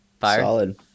solid